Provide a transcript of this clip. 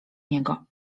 niego